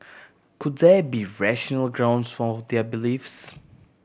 could there be rational grounds for their beliefs